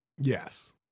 yes